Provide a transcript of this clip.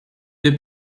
deux